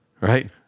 right